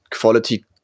quality